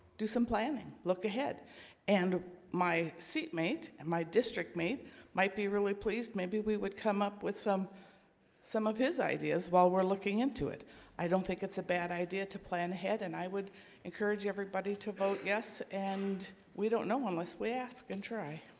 do some planning look ahead and my seatmate and my district mate might be really pleased. maybe we would come up with some some of his ideas while we're looking into it i don't think it's a bad idea to plan ahead, and i would encourage everybody to vote yes and we don't know unless we ask and try